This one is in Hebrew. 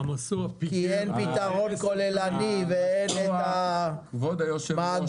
כי אין פתרון כולל ואין את הממגורה.